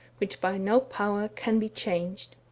which by no power can be changed.